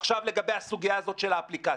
עכשיו, לגבי סוגיית האפליקציה,